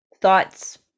thoughts